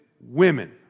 women